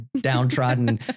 downtrodden